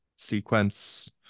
sequence